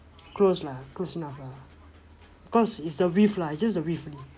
close lah close enough lah cause it's the width lah it's just the width